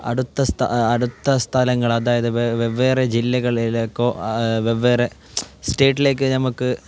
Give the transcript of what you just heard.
അടുത്ത അടുത്ത സ്ഥലങ്ങൾ അതായത് വെവ്വേറെ ജില്ലകളിലേക്കോ വെവ്വേറെ സ്റ്റേറ്റിലേക്ക് നമുക്ക്